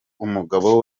umugabo